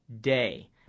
day